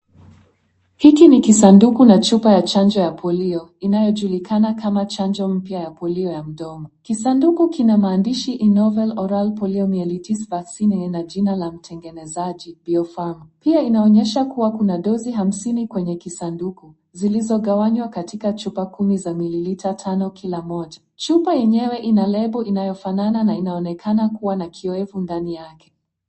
Hiki ni kisanduku na chupa ya chanjo ya polio, inayojulikana kama chanjo mpya ya polio ya mdomo. Kisanduku kina maandishi novel oral poliomyelitis vaccine na lina jina la mtengenezaji biofarma . Pia inaonyesha kuwa kuna dozi hamsini kwenye kisanduku, zilizogawanywa katika chupa kumi za mililita tano kila moja. Chupa yenyewe ina label inayofanana na inaonekana kuwa na kiyoyevu ndani yake.